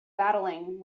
battling